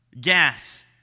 Gas